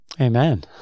Amen